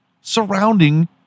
Surrounding